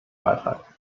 beitrag